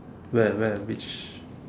where where which